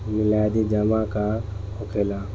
मियादी जमा का होखेला?